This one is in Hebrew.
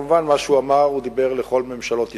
מובן שמה שהוא אמר, הוא דיבר לכל ממשלות ישראל.